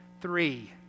Three